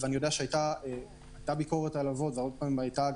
אני יודע שהיתה ביקורת על הלוואות, בצדק.